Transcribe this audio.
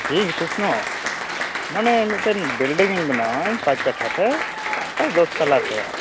big techno ᱢᱟᱱᱮ ᱢᱤᱫᱴᱮᱱ ᱵᱤᱞᱰᱤᱝᱤᱧ ᱵᱮᱱᱟᱣᱟᱹᱧ ᱯᱟᱸᱪ ᱠᱟᱴᱷᱟ ᱨᱮ ᱫᱚᱥ ᱛᱟᱞᱟ ᱪᱷᱟᱭᱟ